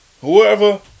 whoever